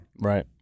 Right